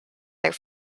their